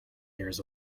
years